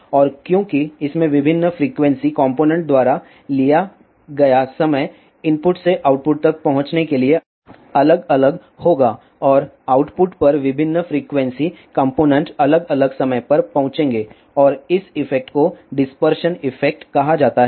और क्योंकि इसमें विभिन्न फ्रीक्वेंसी कॉम्पोनेन्ट द्वारा लिया गया समय इनपुट से आउटपुट तक पहुंचने के लिए अलग अलग होगा और आउटपुट पर विभिन्न फ्रीक्वेंसी कॉम्पोनेन्ट अलग अलग समय पर पहुंचेंगे और इस इफ़ेक्ट को डिस्परशन इफ़ेक्ट कहा जाता है